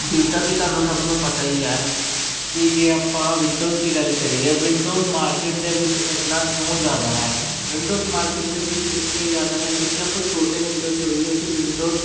ਜਿੱਦਾਂ ਕੀ ਤੁਹਾਨੂੰ ਸਭ ਨੂੰ ਪਤਾ ਹੀ ਹੈ ਕਿ ਜੇ ਆਪਾਂ ਵਿੰਡੋਜ ਦੀ ਗੱਲ ਕਰੀਏ ਵਿੰਡੋਜ਼ ਮਾਰਕੀਟ ਦੇ ਵਿੱਚ ਇਨਾ ਕਿਉਂ ਜਿਆਦਾ ਹੈ ਵਿੰਡੋ ਮਾਰਕੀਟ ਦੇ ਵਿੱਚ ਇਸ ਲਈ ਜਿਆਦਾ ਹੈ ਕਿਉਂਕਿ ਆਪਾਂ ਛੋਟੇ ਹੁੰਦੇ ਤੋਂ ਹੀ ਅਸੀਂ ਵਿੰਡੋਜ